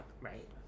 Right